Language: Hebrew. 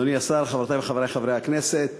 אדוני השר, חברותי וחברי חברי הכנסת,